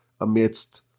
amidst